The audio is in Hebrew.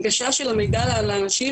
שלומית.